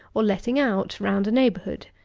or letting out, round a neighbourhood.